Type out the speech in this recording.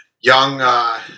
young